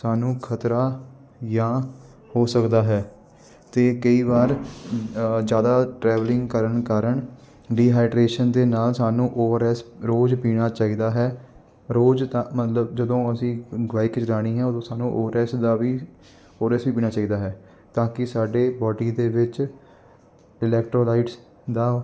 ਸਾਨੂੰ ਖਤਰਾ ਜਾਂ ਹੋ ਸਕਦਾ ਹੈ ਅਤੇ ਕਈ ਵਾਰ ਜ਼ਿਆਦਾ ਟ੍ਰੈਵਲਿੰਗ ਕਰਨ ਕਾਰਨ ਡੀਹਾਈਡ੍ਰੇਸ਼ਨ ਦੇ ਨਾਲ ਸਾਨੂੰ ਓ ਆਰ ਐੱਸ ਰੋਜ਼ ਪੀਣਾ ਚਾਹੀਦਾ ਹੈ ਰੋਜ਼ ਤਾ ਮਤਲਬ ਜਦੋਂ ਅਸੀਂ ਬਾਈਕ ਚਲਾਉਣੀ ਹੈ ਉਦੋਂ ਸਾਨੂੰ ਓ ਆਰ ਐੱਸ ਦਾ ਵੀ ਓ ਆਰ ਐੱਸ ਵੀ ਪੀਣਾ ਚਾਹੀਦਾ ਹੈ ਤਾਂ ਕਿ ਸਾਡੀ ਬੋਡੀ ਦੇ ਵਿੱਚ ਇਲੈਕਟ੍ਰੋਲਾਇਟਸ ਦੀ